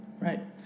right